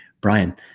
Brian